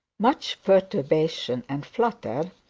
much perturbation and flutter,